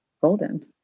golden